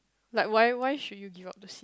like why why should you give up the seat